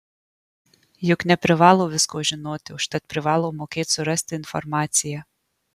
juk neprivalo visko žinoti užtat privalo mokėt surasti informaciją